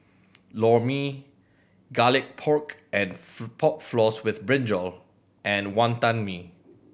Lor Mee Garlic Pork and Pork Floss with brinjal and Wonton Mee